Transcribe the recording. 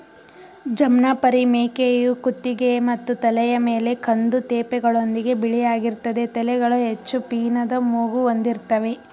ಜಮ್ನಾಪರಿ ಮೇಕೆಯು ಕುತ್ತಿಗೆ ಮತ್ತು ತಲೆಯ ಮೇಲೆ ಕಂದು ತೇಪೆಗಳೊಂದಿಗೆ ಬಿಳಿಯಾಗಿರ್ತದೆ ತಲೆಗಳು ಹೆಚ್ಚು ಪೀನದ ಮೂಗು ಹೊಂದಿರ್ತವೆ